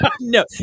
No